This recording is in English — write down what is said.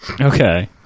Okay